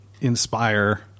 inspire